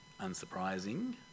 unsurprising